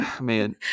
man